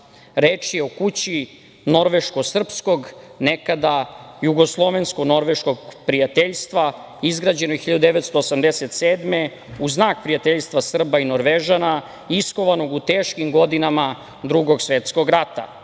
Reč je o Kući norveško-srpskog, nekada jugoslovensko-norveškog prijateljstva, izgrađenoj 1987. godine, u znak prijateljstva Srba i Norvežana, iskovanog u teškim godinama Drugog svetskog